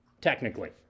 technically